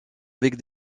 avec